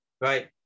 right